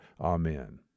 Amen